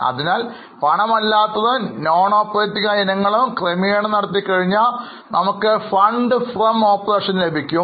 അതിനാൽ പണം അല്ലാത്തതും നോൺ ഓപ്പറേറ്റിങ് ഇനങ്ങളും ക്രമീകരണം നടത്തി കഴിഞ്ഞാൽ നമുക്ക് ഫണ്ട് ഫ്രം ഓപ്പറേഷൻ ലഭിക്കും